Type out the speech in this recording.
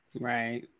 right